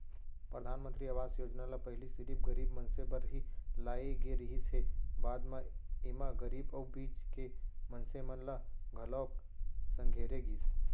परधानमंतरी आवास योजना ल पहिली सिरिफ गरीब मनसे बर ही लाए गे रिहिस हे, बाद म एमा गरीब अउ बीच के मनसे मन ल घलोक संघेरे गिस